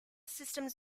systems